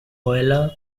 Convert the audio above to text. oiler